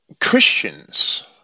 Christians